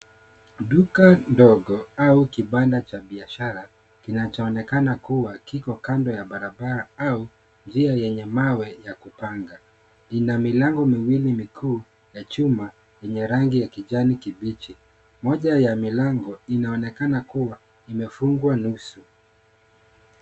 Duka ndogo au kibanda cha biashara, kinachoonekana kuwa kiko kando ya barabara au mlia yenye mawe ya kupanga. Ina milango miwili mikuu ya chuma, yenye rangi ya kijani kibichi. Moja ya milango inaonekana kuwa imefungwa nusu.